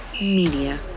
Media